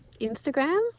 Instagram